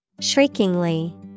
Shriekingly